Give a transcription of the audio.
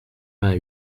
vingt